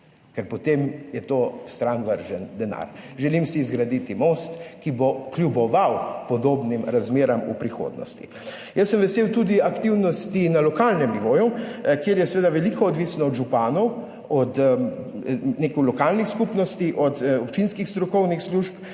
ker potem je to stran vržen denar. Želim si zgraditi most, ki bo kljuboval podobnim razmeram v prihodnosti. Jaz sem vesel tudi aktivnosti na lokalnem nivoju, kjer je seveda veliko odvisno od županov, od lokalnih skupnosti, od občinskih strokovnih služb